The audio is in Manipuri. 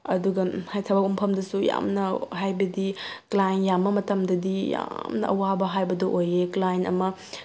ꯑꯗꯨꯒ ꯍꯥꯏ ꯊꯕꯛ ꯃꯐꯝꯗꯁꯨ ꯌꯥꯝꯅ ꯍꯥꯏꯕꯗꯤ ꯀ꯭ꯂꯥꯏꯟ ꯌꯥꯝꯕ ꯃꯇꯝꯗꯗꯤ ꯌꯥꯝꯅ ꯑꯋꯥꯕ ꯍꯥꯏꯕꯗꯨ ꯑꯣꯏꯑ ꯀ꯭ꯂꯥꯏꯟ ꯑꯃ